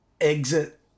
exit